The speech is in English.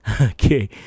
okay